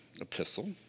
epistle